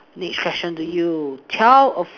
next question to you tell a